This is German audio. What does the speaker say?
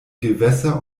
gewässer